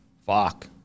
fuck